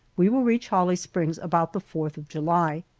we will reach holly springs about the fourth of july.